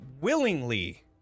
willingly